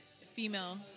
female